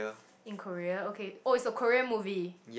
in Korea okay oh is a Korea movie